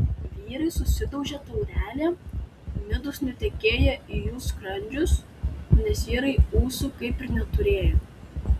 vyrai susidaužė taurelėm midus nutekėjo į jų skrandžius nes vyrai ūsų kaip ir neturėjo